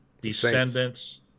descendants